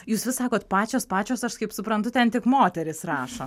jūs vis sakot pačios pačios aš kaip suprantu ten tik moterys rašo